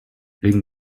wegen